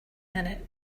minute